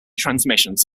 transmissions